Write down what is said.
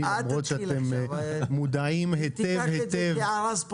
תחלקו תקציבים לכלל הערוצים